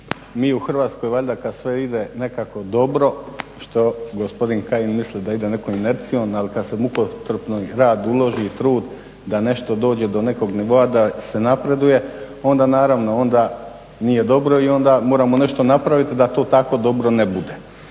mi u Hrvatskoj valjda kad sve ide nekako dobro što gospodin Kajin misli da ide nekom inercijom, ali kad se mukotrpni rad uloži i trud da nešto dođe do nekog nivoa da se napreduje onda naravno onda nije dobro i onda moramo nešto napraviti da to tako dobro ne bude.